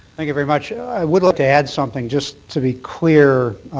thank you very much. i would like to add something just to be clear.